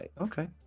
Okay